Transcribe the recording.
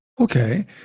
Okay